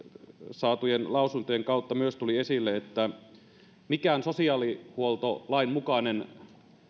saatujen lausuntojen kautta myös tuli esille että mikään sosiaalihuoltolain mukainen